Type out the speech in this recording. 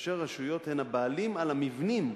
כאשר הרשויות הן הבעלים על המבנים,